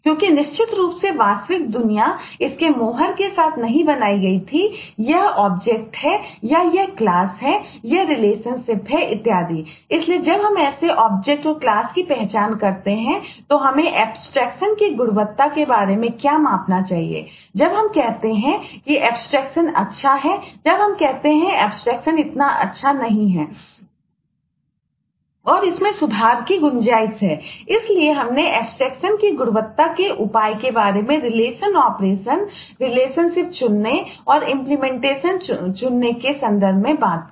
क्योंकि निश्चित रूप से वास्तविक दुनिया इस के मोहर के साथ नहीं बनाई गई थी यह ऑब्जेक्ट चुनने के संदर्भ में बात की